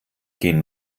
gehen